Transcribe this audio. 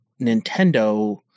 nintendo